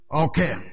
Okay